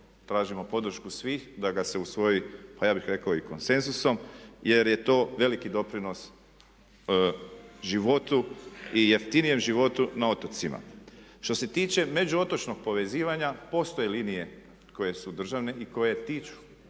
tražimo podršku svih da ga se usvoji, pa ja bih rekao i konsenzusom jer je to veliki doprinos životu i jeftinijem životu na otocima. Što se tiče međuotočnog povezivanja postoje linije koje su državne i koje tiču